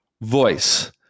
voice